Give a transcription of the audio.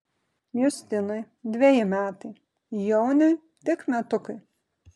justinui dveji metai jauniui tik metukai